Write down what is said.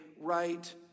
right